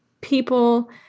people